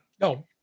No